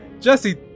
Jesse